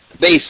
base